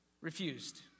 refused